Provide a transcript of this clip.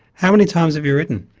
how many times have you written?